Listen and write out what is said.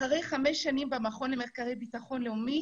אחרי חמש שנים במכון למחקר לביטחון לאומי